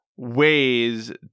Ways